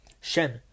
Shem